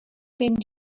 mynd